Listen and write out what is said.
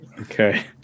Okay